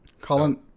Colin